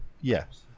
Yes